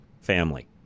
family